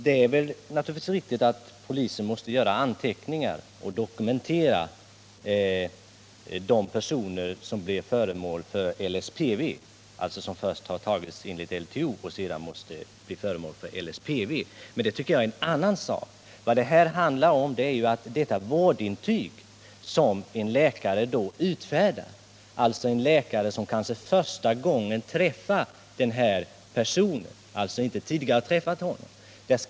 Det är naturligtvis riktigt att polisen måste föra anteckningar och ha en dokumentation om de personer som först blivit omhändertagna enligt LTO och sedan måste bli föremål för åtgärd enligt LSPV. Men vad det här handlar om är det vårdintyg som utfärdas av en läkare kanske första gången han träffar personen i fråga, utan att tidigare känna till honom.